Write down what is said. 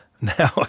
Now